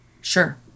sure